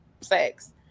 sex